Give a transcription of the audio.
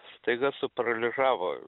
staiga suparalyžavo